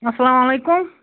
اَسلامُ علیکُم